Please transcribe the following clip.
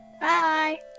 Bye